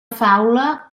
faula